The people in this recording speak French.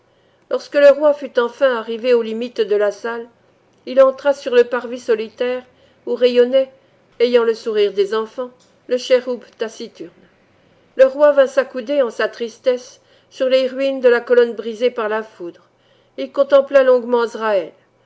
lorsque le roi fut enfin arrivé aux limites de la salle il entra sur le parvis solitaire où rayonnait ayant le sourire des enfants le chëroub taciturne le roi vint s'accouder en sa tristesse sur les ruines de la colonne brisée par la foudre il contempla longuement azraël